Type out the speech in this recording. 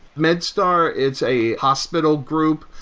medstar, it's a hospital group.